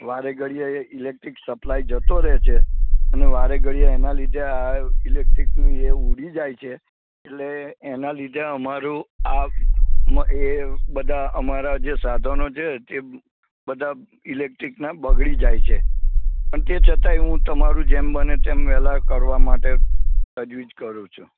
વારે ઘડીએ electric supply જતો રહે છે અને વારે ઘડીએ એના લીધે આ ઇલેક્ટ્રિકની એ ઊડી જાય છે એટલે એના લીધે અમારું આ એ બધા અમારા જે સાધનો છે તે બધા ઇલેક્ટ્રિકનાં બગડી જાય છે પણ તે છતાંય હું તમારું જેમ બને તેમ વહેલાં કરવા માટે તજવીજ કરું છું